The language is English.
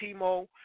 Timo